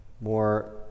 more